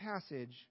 passage